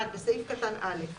(1)בסעיף קטן (א)